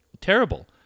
Terrible